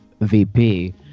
VP